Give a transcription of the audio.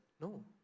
No